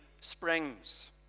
springs